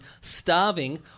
Starving